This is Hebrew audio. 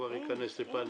הוא כבר ייכנס לפניקה.